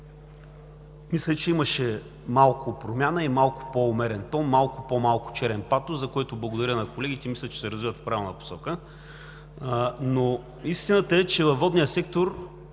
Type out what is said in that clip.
мисля, че имаше малко промяна и малко по-умерен тон, малко по-малко черен патос, за което благодаря на колегите. Мисля, че се развиват в правилна посока. Но истината е, че във водния сектор